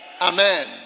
Amen